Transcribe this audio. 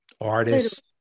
artists